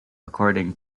according